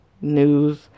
news